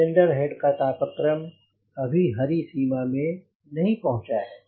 cylinder head का तापक्रम अभी हरी सीमा में नहीं पहुंचा है